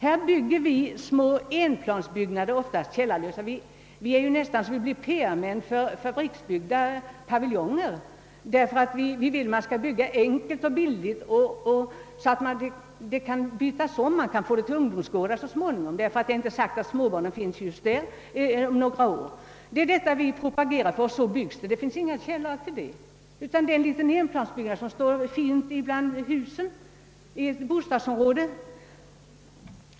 Här uppförs en liten enplansbyggnad, oftast källarlös, som står där så fint bland husen i ett bostadsområde.